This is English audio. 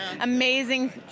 amazing